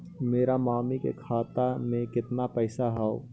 मेरा मामी के खाता में कितना पैसा हेउ?